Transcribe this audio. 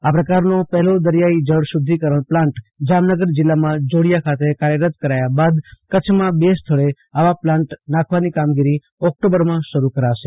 આ પ્રકારનો પહેલો દરિયાઈ જળશુદ્ધિકરણ પ્લાન્ટ જામનગર જીલ્લા જોડિયા ખાતે કાર્યકત કરાયા બાદ કરછમાં બે સ્થળે આવા પ્લાન્ટ નાખવાની કામગીરી ઓકટોબરમાં શરુ કરાશે